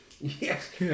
Yes